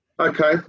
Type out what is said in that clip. Okay